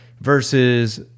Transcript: versus